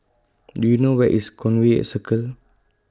Do YOU know Where IS Conway Circle